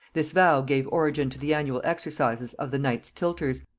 this vow gave origin to the annual exercises of the knights-tilters,